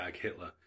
Hitler